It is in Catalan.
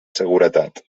seguretat